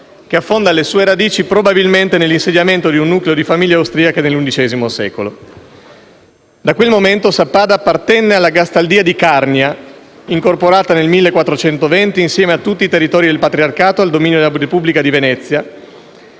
che affonda le sue radici probabilmente nell'insediamento di un nucleo di famiglie austriache nell'XI secolo. Da quel momento Sappada appartenne alla gastaldia della Carnia (incorporata nel 1420, insieme a tutti i territori del patriarcato, nel dominio della Repubblica di Venezia),